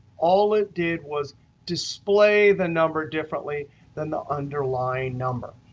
all it did was display the number differently than the underlined number.